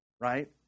Right